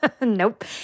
nope